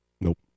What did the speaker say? Nope